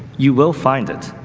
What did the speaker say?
you will find it.